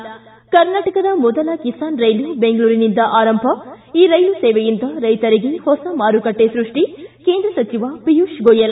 ಿ ಕರ್ನಾಟಕದ ಮೊದಲ ಕಿಸಾನ್ ರೈಲು ಬೆಂಗಳೂರಿನಿಂದ ಆರಂಭ ಈ ರೈಲು ಸೇವೆಯಿಂದ ರೈಶರಿಗೆ ಹೊಸ ಮಾರುಕಟ್ಟೆ ಸೃಷ್ಟಿ ಕೇಂದ್ರ ಸಚಿವ ಪಿಯೂಷ್ ಗೋಯಲ್